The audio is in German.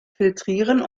filtrieren